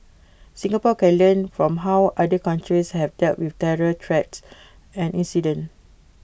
Singapore can learn from how other countries have dealt with terror threats and incident